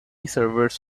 servers